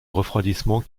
refroidissement